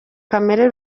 kamere